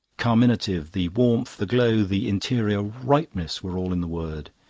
carminative the warmth, the glow, the interior ripeness were all in the word.